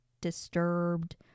disturbed